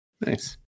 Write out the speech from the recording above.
nice